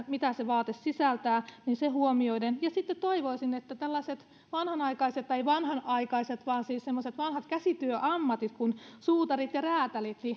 mitä se vaate sisältää ja sitten toivoisin että tällaiset vanhanaikaiset tai ei vanhanaikaiset vaan siis semmoiset vanhat käsityöammatit kuin suutari ja räätäli